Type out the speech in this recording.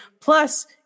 plus